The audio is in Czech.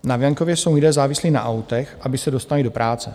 Na venkově jsou lidé závislí na autech, aby se dostali do práce.